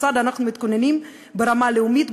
כיצד אנחנו מתכוננים ברמה הלאומית,